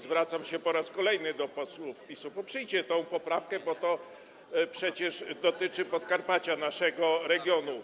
Zwracam się po raz kolejny do posłów PiS: poprzyjcie tę poprawkę, bo to przecież dotyczy Podkarpacia, naszego regionu.